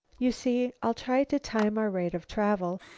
you see, i'll try to time our rate of travel,